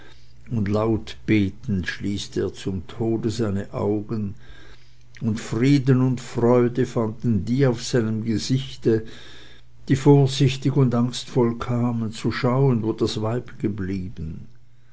und laut betend schließt er zum tode seine augen und frieden und freude fanden die auf seinem gesichte die vorsichtig und angstvoll kamen zu schauen wo das weib geblieben